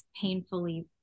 painfully